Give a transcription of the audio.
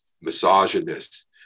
misogynist